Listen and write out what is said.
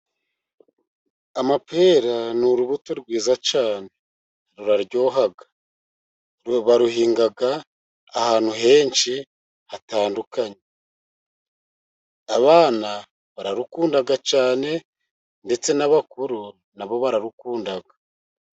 Amapera ni urubuto rwiza cyane ruraryoha. Baruhinga ahantu henshi hatandukanye. Abana bararukunda cyane ndetse n'abakuru na bo bararukunda.